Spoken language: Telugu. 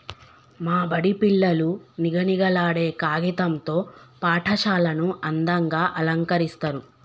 మా బడి పిల్లలు నిగనిగలాడే కాగితం తో పాఠశాలను అందంగ అలంకరిస్తరు